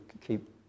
keep